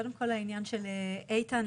קודם כל העניין של חבר הכנסת איתן,